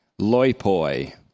loipoi